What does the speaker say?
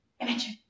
Imagine